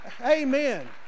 Amen